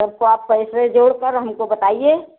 सबको आप पैसे जोड़कर हमको बताईए